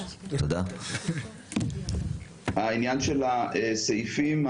ההערה השלישית, רק הבהרה: עניין הסעיפים.